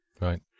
Right